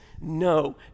No